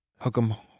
hook'em